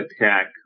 attack